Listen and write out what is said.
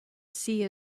see